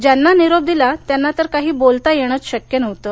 ज्यांना निरोप दिला त्यांना तर काही बोलता येणंच शक्य नव्हतं